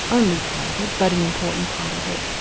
only part of it, but an important part of it,